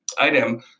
item